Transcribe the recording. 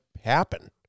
happen